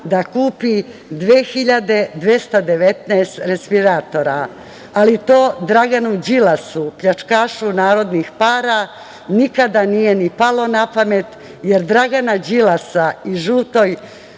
hiljade 219 respiratora. Ali, to Draganu Đilasu pljačkašu narodnih para nikada nije ni palo na pamet, jer Dragana Đilasa i žutoj